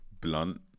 blunt